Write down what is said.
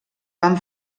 van